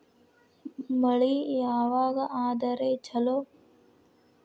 ಮಳಿ ಯಾವಾಗ ಆದರೆ ಛಲೋ?